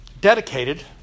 dedicated